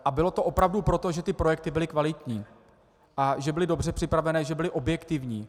A bylo to opravdu proto, že ty projekty byly kvalitní a že byly dobře připravené, že byly objektivní.